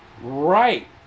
right